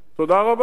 תודה רבה.